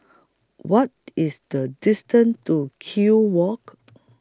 What IS The distance to Kew Walk